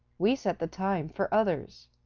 we set the time for others.